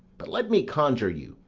but let me conjure you,